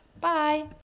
bye